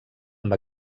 amb